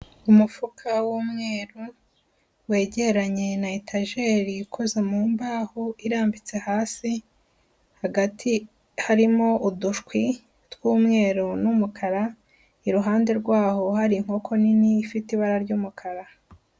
Umufuka w'umweru wegeranye na etajeri ikoze mu mbaho irambitse hasi, hagati harimo udushwi tw'umweru n'umukara, iruhande rw'aho hari inkoko nini ifite ibara ry'umukara.